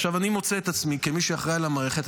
עכשיו אני מוצא את עצמי כמי שאחראי למערכת,